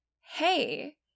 hey